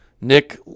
nick